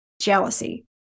jealousy